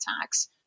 attacks